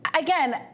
again